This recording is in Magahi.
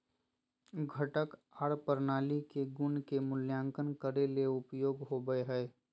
घटक आर प्रणाली के गुण के मूल्यांकन करे ले उपयोग होवई हई